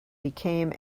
became